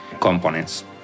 components